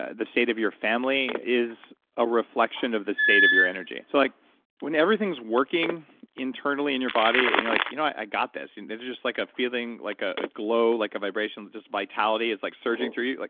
the state of your family, is a reflection of the state of your energy. so like when everything's working internally in your body, and you're like, you know what? i got this. there's just like a feeling, like a glow, like a vibration, just vitality is like surging through you, like